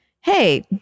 hey